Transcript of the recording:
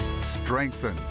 strengthen